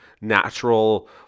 natural